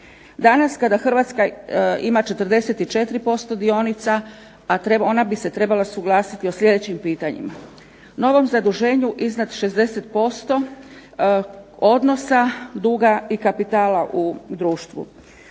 Danas kada Hrvatska ima 44% dionica, a ona bi se trebala suglasiti u sljedećim pitanjima, novom zaduženju iznad 60%, odnosa duga i kapitala u društvu,